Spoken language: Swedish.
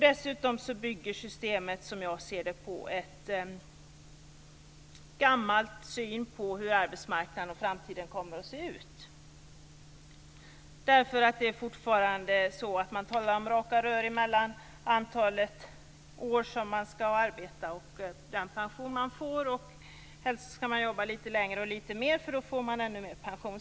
Dessutom bygger systemet, som jag ser det, på en gammal syn på hur arbetsmarknaden och framtiden kommer att se ut. Man talar fortfarande om raka rör mellan antalet år som man skall arbeta och den pension man får. Helst skall man jobba litet längre och litet mer, för då får man ännu mer pension.